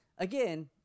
Again